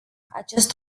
acest